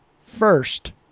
first